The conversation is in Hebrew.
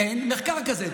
אין מחקר כזה.